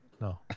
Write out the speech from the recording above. No